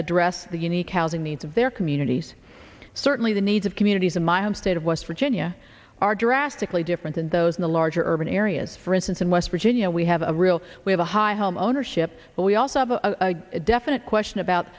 address the unique housing needs of their communities certainly the needs of communities in my home state of west virginia are drastically different than those in the larger urban areas for instance in west virginia we have a real we have a high homeownership but we also have a definite question about